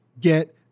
get